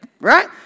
Right